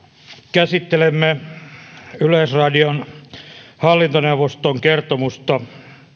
käsittelemme yleisradion hallintoneuvoston kertomusta